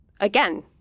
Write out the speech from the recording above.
again